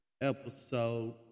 episode